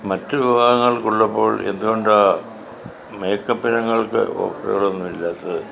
മറ്റ് വിഭാഗങ്ങൾക്ക് ഉള്ളപ്പോൾ എന്തുകൊണ്ടാണ് മേക്കപ്പ് ഇനങ്ങൾക്ക് ഓഫറുകളൊന്നും ഇല്ലാത്തത്